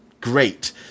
great